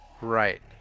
Right